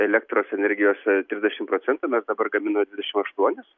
elektros energijos trisdešimt procentų mes dabar gaminam dvidešimt aštuonis